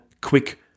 quick